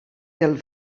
del